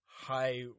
high